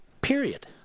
Period